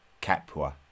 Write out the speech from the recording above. Capua